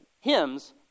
hymns